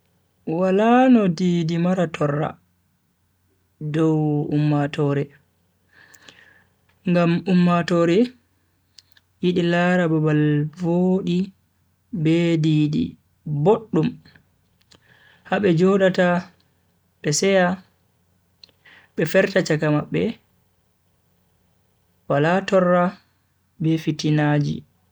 Wala no dii-dii mara torra dow ummatoore, ngam ummtoore yidi lara babal vodi be dii-dii boddum ha be jodata be seya be ferta chaka mabbe wala torra be fitinaji.